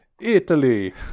Italy